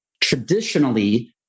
Traditionally